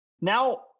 Now